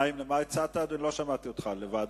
גנאים, הצעת לוועדה?